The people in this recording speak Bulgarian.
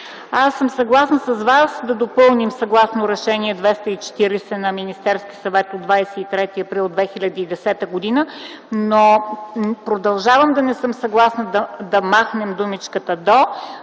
Аз съм съгласна с Вас да допълним „съгласно Решение № 240 на Министерския съвет от 23 април 2010 г.”, но продължавам да не съм съгласна да махнем думичката „до”,